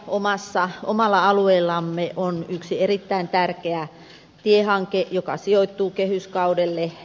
meillä omalla alueellamme on yksi erittäin tärkeä tiehanke joka sijoittuu kehyskaudelle